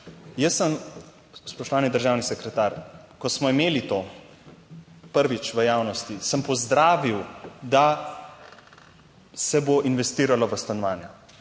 jaz sem, spoštovani državni sekretar, ko smo imeli to prvič v javnosti, sem pozdravil, da se bo investiralo v stanovanja,